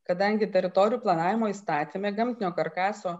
kadangi teritorijų planavimo įstatyme gamtinio karkaso